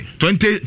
twenty